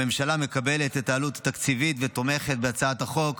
הממשלה מקבלת את העלות התקציבית ותומכת בהצעת החוק.